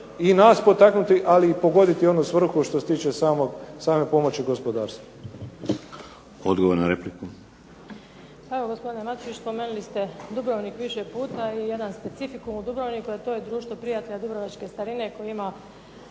i nas potaknuti, ali i pogoditi onu svrhu što se tiče same pomoći gospodarstvu. **Šeks, Vladimir (HDZ)** Odgovor na repliku. **Šuica, Dubravka (HDZ)** Evo gospodine Matušić, spomenuli ste Dubrovnik više puta i jedan specifikum u Dubrovniku, a to je Društvo prijatelja dubrovačke starine koji ima